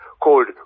called